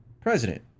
president